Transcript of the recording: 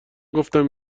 گفتم